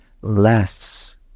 less